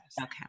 Okay